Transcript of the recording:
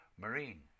marine